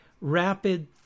rapid